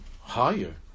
higher